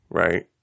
right